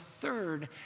third